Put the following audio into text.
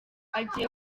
agiye